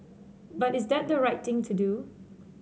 but is that the right thing to do